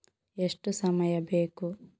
ಎಷ್ಟು ಸಮಯ ಬೇಕು?